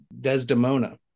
Desdemona